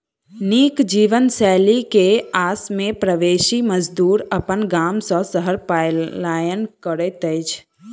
नीक जीवनशैली के आस में प्रवासी मजदूर अपन गाम से शहर पलायन करैत अछि